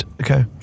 Okay